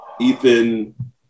Ethan